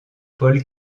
paul